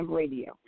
radio